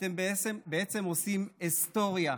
אתם בעצם עושים היסטוריה,